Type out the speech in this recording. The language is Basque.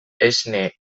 esne